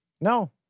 No